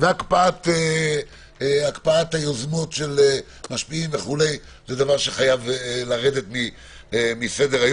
הקפאת היוזמות של משפיעים זה דבר שחייב לרדת מסדר-היום.